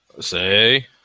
Say